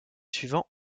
suivants